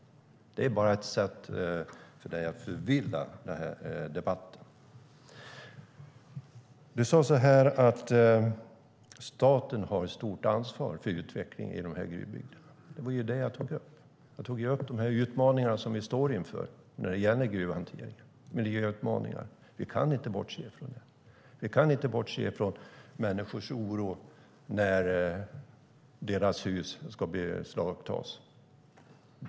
Det är bara ett sätt för Johan Johansson att förvilla i debatten. Johan Johansson sade att staten har ett stort ansvar för utvecklingen i gruvbygderna. Det var ju det jag tog upp. Jag tog upp de miljöutmaningar som vi står inför när det gäller gruvhanteringen. Vi kan inte bortse från dem. Vi kan inte bortse från människors oro när deras hus ska beslagtas.